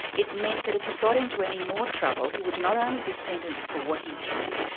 it meant that if he got into any more trouble, he would not only be sentenced for what he did,